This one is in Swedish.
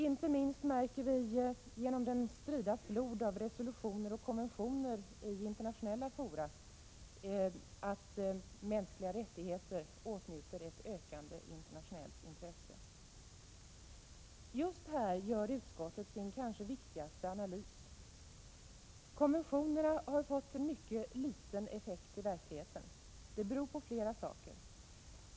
Inte minst märker vi genom den strida flod av resolutioner och konventioner i internationella fora att mänskliga rättigheter åtnjuter ett ökande internationellt intresse. Just här gör utskottet sin kanske viktigaste analys. Konventionerna har fått en mycket liten effekt i verkligheten. Det beror på flera saker.